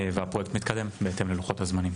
והפרויקט מתקדם בהתאם ללוחות הזמנים.